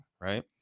Right